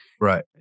Right